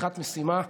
חתיכת משימה.